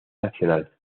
nacional